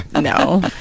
No